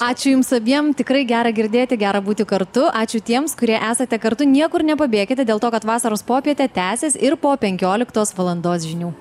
ačiū jums abiem tikrai gera girdėti gera būti kartu ačiū tiems kurie esate kartu niekur nepabėkite dėl to kad vasaros popietė tęsis ir po penkioliktos valandos žinių